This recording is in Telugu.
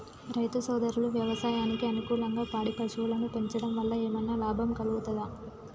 రైతు సోదరులు వ్యవసాయానికి అనుకూలంగా పాడి పశువులను పెంచడం వల్ల ఏమన్నా లాభం కలుగుతదా?